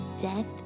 Death